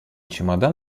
чемодан